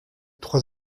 trois